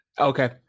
Okay